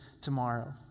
tomorrow